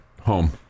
home